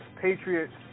Patriots